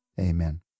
Amen